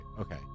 okay